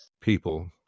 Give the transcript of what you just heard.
people